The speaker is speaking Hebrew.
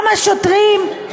גם השוטרים,